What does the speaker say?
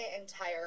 entire